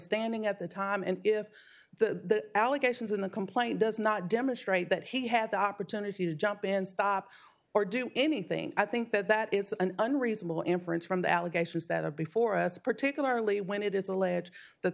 standing at the time and if the allegations in the complaint does not demonstrate that he had the opportunity to jump in and stop or do anything i think that that is an unreasonable inference from the allegations that are before us particularly when it is alleged that